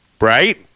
right